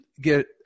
get